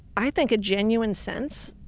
i think a genuine sense,